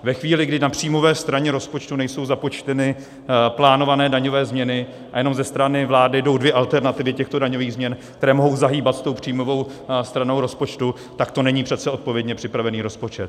Ve chvíli, kdy na příjmové straně rozpočtu nejsou započteny plánované daňové změny a jenom ze strany vlády jdou dvě alternativy těchto daňových změn, které mohou zahýbat s příjmovou stranou rozpočtu, tak to není přece odpovědně připravený rozpočet.